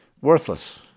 worthless